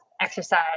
exercise